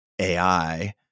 AI